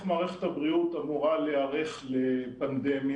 מערכת הבריאות אמורה להיערך לפנדמיה,